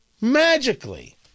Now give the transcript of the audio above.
magically